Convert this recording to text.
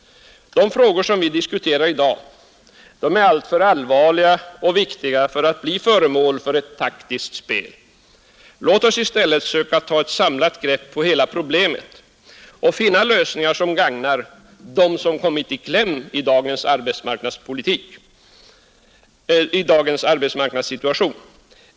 De frågor vi diskuterat i dag är alltför allvarliga och viktiga för att bli föremål för ett taktiskt spel. Låt oss i stället söka ta ett samlat grepp på hela problemet och finna lösningar som gagnar dem som kommit i kläm i dagens arbetsmarknadssituation.